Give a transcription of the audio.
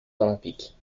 olympiques